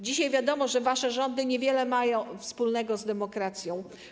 Dzisiaj wiadomo, że wasze rządy niewiele mają wspólnego z demokracją.